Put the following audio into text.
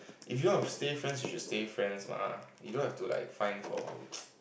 if you want to stay friends you just stay friends mah you don't have to like find for